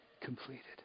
completed